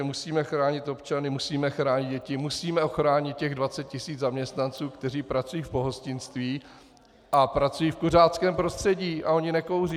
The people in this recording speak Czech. Musíme chránit občany, musíme chránit děti, musíme ochránit těch 20 tisíc zaměstnanců, kteří pracují v pohostinství a pracují v kuřáckém prostředí a oni nekouří.